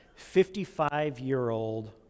55-year-old